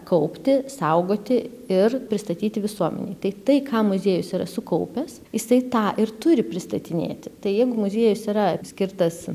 kaupti saugoti ir pristatyti visuomenei tai tai ką muziejus yra sukaupęs jisai tą ir turi pristatinėti tai jeigu muziejus yra skirtas